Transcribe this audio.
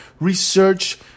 research